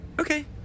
Okay